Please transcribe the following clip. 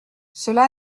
cela